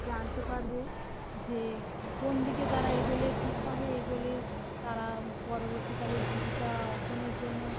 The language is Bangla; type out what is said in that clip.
জানতে পারবে যে কোন দিকে তারা এগোলে কীভাবে এগোলে তারা পরবর্তীকালে জীবিকা অর্জনের জন্য